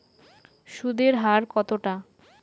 সুদের হার কতটা?